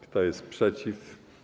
Kto jest przeciw?